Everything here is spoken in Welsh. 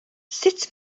sut